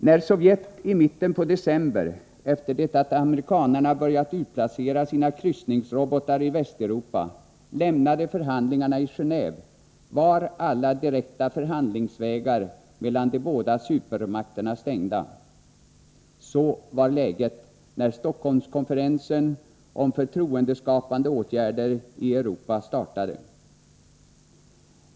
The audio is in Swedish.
När Sovjet i mitten av december, efter det att amerikanerna börjat utplacera sina kryssningsrobotar i Västeuropa, lämnade förhandlingarna i Genéve var alla direkta förhandlingsvägar mellan de båda supermakterna stängda. Så var läget när Stockholmskonferensen om förtroendeskapande åtgärder i Europa startade.